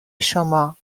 شما